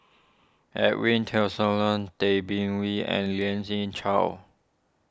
Edwin Tessensohn Tay Bin Wee and Lien Ying Chow